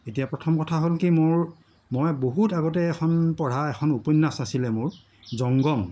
এতিয়া প্ৰথম কথা হ'ল কি মোৰ মই বহুত আগতে এখন পঢ়া এখন উপন্যাস আছিলে মোৰ জংগম